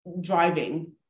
driving